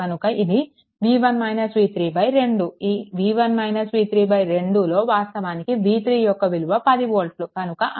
కనుక ఇది 2 ఈ 2లో వాస్తవానికి v3 యొక్క విలువ 10 వోల్ట్లు